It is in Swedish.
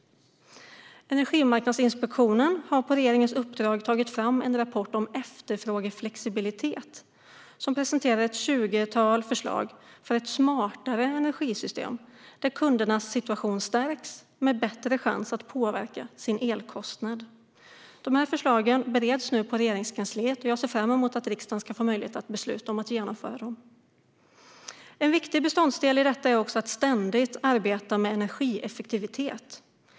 Energimarknadsinspektionen har på regeringens uppdrag tagit fram en rapport om efterfrågeflexibilitet som presenterar ett tjugotal förslag för ett smartare energisystem, där kundernas situation stärks och man får bättre chans att påverka sin elkostnad. Dessa förslag bereds nu på Regeringskansliet, och jag ser fram emot att riksdagen ska få möjlighet att besluta om att genomföra dem. En viktig beståndsdel i detta är också att ständigt arbeta med energieffektivitet.